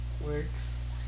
works